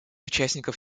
участников